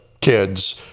kids